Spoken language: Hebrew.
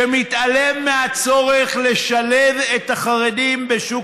שמתעלם מהצורך לשלב את החרדים בשוק